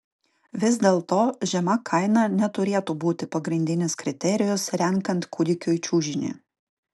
vis dėlto žema kaina neturėtų būti pagrindinis kriterijus renkant kūdikiui čiužinį